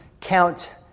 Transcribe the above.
count